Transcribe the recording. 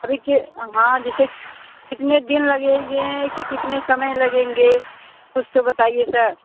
अभी के हाँ जैसे कितने दिन लगेंगे कि कितने समय लगेंगे कुछ तो बताइए सर